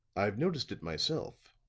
i've noticed it myself,